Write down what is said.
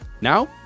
Now